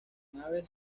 naves